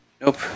nope